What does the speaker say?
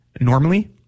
Normally